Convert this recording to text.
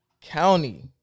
county